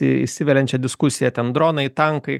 įsiveliančia diskusiją ten dronai tankai